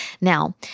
Now